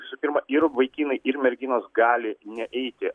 visų pirma ir vaikinai ir merginos gali neeiti